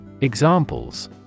Examples